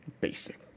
Basic